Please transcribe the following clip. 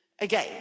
again